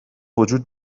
وجود